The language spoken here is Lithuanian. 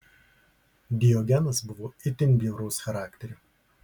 diogenas buvo itin bjauraus charakterio